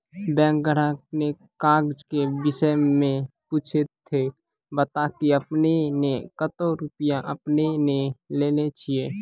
Bank ग्राहक ने काज के विषय मे पुछे ते बता की आपने ने कतो रुपिया आपने ने लेने छिए?